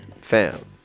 fam